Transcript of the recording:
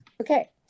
Okay